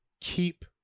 keep